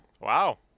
Wow